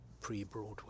pre-Broadway